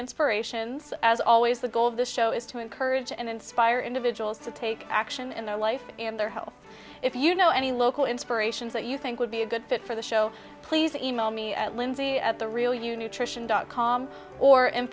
inspirations as always the goal of this show is to encourage and inspire individuals to take action in their life and their health if you know any local inspirations that you think would be a good fit for the show please e mail me at lindsay at the real you nutrition dot com or